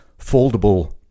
foldable